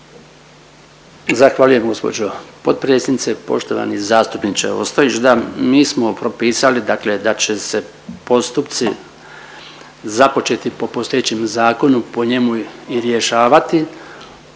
Zahvaljujem gospođo potpredsjednice. Poštovani zastupniče Ostojić, da mi smo propisali dakle da će se postupci započeti po postojećem zakonu po njemu i rješavati.